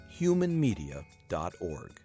humanmedia.org